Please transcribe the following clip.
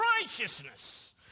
righteousness